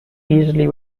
easily